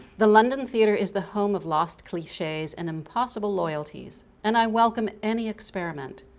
the london theater is the home of lost cliches and impossible loyalties and i welcome any experiment.